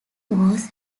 was